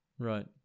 Right